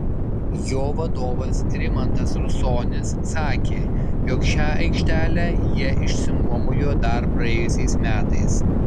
jo vadovas rimantas rusonis sakė jog šią aikštelę jie išsinuomojo dar praėjusiais metais